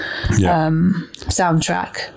soundtrack